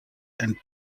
and